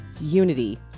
unity